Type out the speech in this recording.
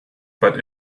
but